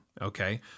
okay